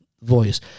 voice